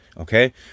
okay